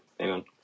Amen